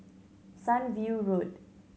Sunview Road